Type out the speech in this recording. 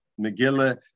megillah